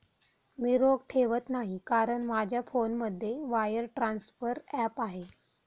मी रोख ठेवत नाही कारण माझ्या फोनमध्ये वायर ट्रान्सफर ॲप आहे